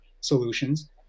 solutions